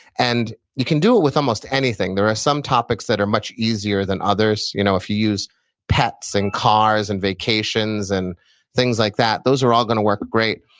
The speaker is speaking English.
and you can do it with almost anything. there are some topics that are much much easier than others. you know if you use pets and cars and vacations and things like that, those are all going to work great.